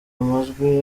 majwi